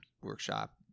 Workshop